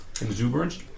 Exuberance